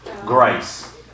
Grace